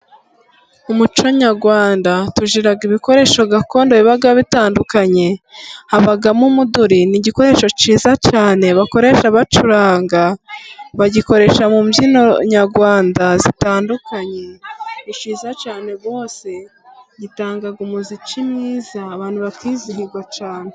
Mu muco nyarwanda tugira ibikoresho gakondo biba bitandukanye. Habamo umuduri. Ni igikoresho cyiza cyane bakoresha bacuranga, bagikoresha mu mbyino nyarwanda zitandukanye. Ni cyiza cyane rwose, gitanga umuziki mwiza abantu bakizihirwa cyane.